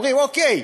אומרים: אוקיי,